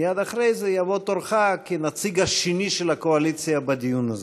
מייד אחרי זה יבוא תורך כנציג השני של הקואליציה בדיון הזה.